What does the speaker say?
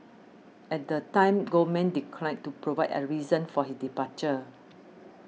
at the time Goldman declined to provide a reason for his departure